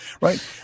Right